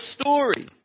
story